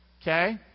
Okay